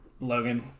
Logan